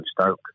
Stoke